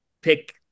pick